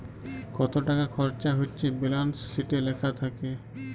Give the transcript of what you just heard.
কত টাকা খরচা হচ্যে ব্যালান্স শিটে লেখা থাক্যে